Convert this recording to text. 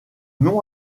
nom